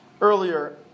earlier